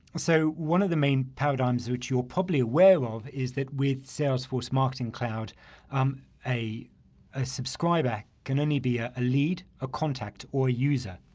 so one of the main paradigms which you're probably aware of is that with salesforce marketing cloud um a a subscriber can only be a a lead a contact or a user